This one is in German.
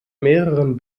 mehreren